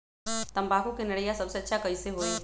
तम्बाकू के निरैया सबसे अच्छा कई से होई?